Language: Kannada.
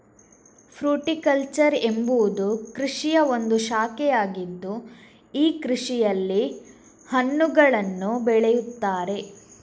ಫ್ರೂಟಿಕಲ್ಚರ್ ಎಂಬುವುದು ಕೃಷಿಯ ಒಂದು ಶಾಖೆಯಾಗಿದ್ದು ಈ ಕೃಷಿಯಲ್ಲಿ ಹಣ್ಣುಗಳನ್ನು ಬೆಳೆಯುತ್ತಾರೆ